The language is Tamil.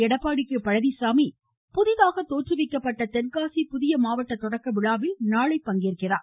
எடப்பாடி பழனிச்சாமி புதிதாக தோற்றுவிக்கப்பட்ட தென்காசி புதிய மாவட்ட தொடக்க விழாவில் நாளை பங்கேற்கிறார்